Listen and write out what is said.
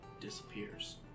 disappears